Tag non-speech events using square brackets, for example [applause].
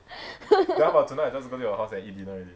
[laughs]